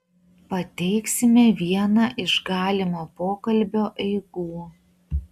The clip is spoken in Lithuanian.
pateiksime vieną iš galimo pokalbio eigų